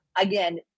again